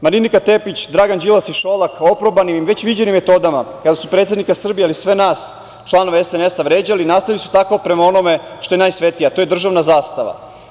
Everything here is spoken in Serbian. Marinika Tepić, Dragan Đilas i Šolak oprobanim i već viđenim metodama kada su predsednika Srbije, ali i sve nas članove SNS vređali, nastavili su tako prema onome što je najsvetije, a to je državna zastava.